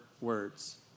words